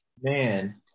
Man